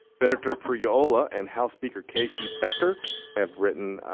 senator priola and house speaker casey becker have written,